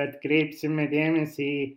atkreipsime dėmesį